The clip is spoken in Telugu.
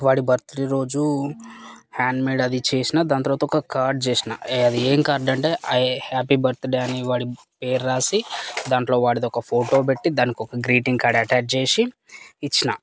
వాడి బర్త్డే రోజు హ్యాండ్మేడ్ అది చేసాను దాని తరువాత ఒక కార్డ్ చేసాను అది ఏం కార్డు అంటే హ్యాపీ బర్త్డే అని వాడి పేరు వ్రాసి దాంట్లో వాడిది ఒక ఫోటో పెట్టి దానికి ఒక గ్రీటింగ్ కార్డు అటాచ్ చేసి ఇచ్చాను